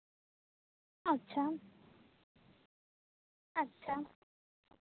ᱟᱪᱪᱷᱟ ᱟᱪᱪᱷᱟ